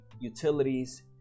utilities